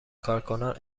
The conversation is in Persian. کارکنان